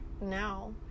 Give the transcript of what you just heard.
now